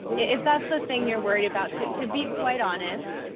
if that's the thing you're worried about, to to be quite honest,